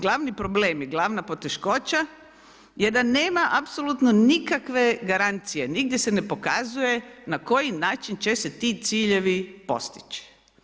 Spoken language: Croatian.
Glavni problem i glavna poteškoća je da nema apsolutno nikakve garancije, nigdje se ne pokazuje na koji način će se ti postići.